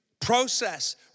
process